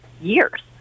years